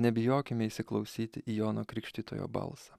nebijokime įsiklausyti į jono krikštytojo balsą